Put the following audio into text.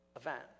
event